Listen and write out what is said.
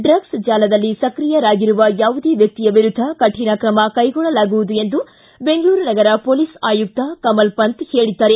ಡ್ರಗ್ನ್ ಜಾಲದಲ್ಲಿ ಸ್ಕ್ರಿಯರಾಗಿರುವ ಯಾವುದೇ ವ್ಯಕ್ತಿಯ ವಿರುದ್ದ ಕೌಣ ಕ್ರಮ ಕೈಗೊಳ್ಳಲಾಗುವುದು ಎಂದು ಬೆಂಗಳೂರು ನಗರ ಪೊಲೀಸ್ ಆಯುಕ್ತ ಕಮಲಪಂತ್ ಹೇಳಿದ್ದಾರೆ